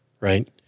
right